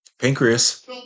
Pancreas